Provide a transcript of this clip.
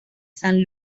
san